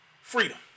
freedom